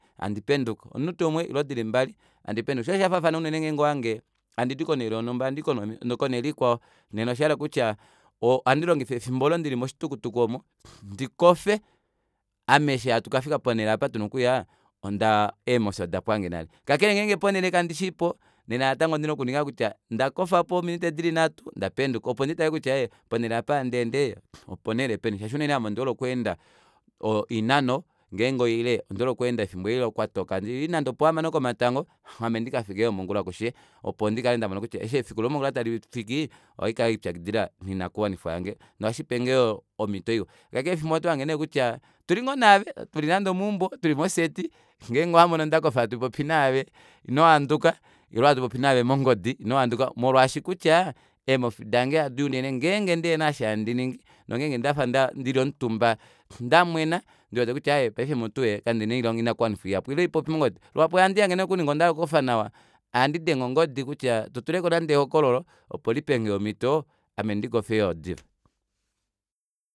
Handi penduka omunute umwe ile dili mali shoo osho oshafaafana unene ngenge owahange handidi konele yonumba handii konele ikwao nena oshayela kutya ohandilongifa efimbo oolo ndili moshitukutuku omo ndikofe ame eshi handi kafika ponele oopo tuna okuya ondaa eemofi odapwange nale kakele nena ponele oopo nghishiipo nena natango ondina okuninga kutya ndakofapo ominute dili nhatu ndapenduka opo nditale kutya ee ponele opo handiende opo nele peni shaashi unene ame ondihole okweenda oinano ngenge oile ondihole okweenda efimbo elilokwatoka handii nande opo hamano komatango ame ndikafike yoo mongula kushe opo ndika mone kutya eshi efiku lomongula talifiki ohandi kelipyakidila noinakuwanifwa yange nohashipenge yoo omito iwa kakele efimbo limwe oto hange neekutya otuli ngooo naave tuli nande omuumbo tuli moseti ngenge owahange hatupopi naave inohanduka ile hatu popi naave mongodi inohanduka molwaashi kutya eemofi dange hado unene ngenge ndihena osho handiningi nongenge ndafa ndili omutumba ndamwena ndiwete kutya aaye paife mutu kandina oinakuwanifwa ihapu ile haipopi mongodi luhapu ohandi hange nee nokuli ngee ondahala okukofa nawa ohandi denge ongodi tutuleko nande ehokololo opo lipenge omito ame ndikofe yoo diva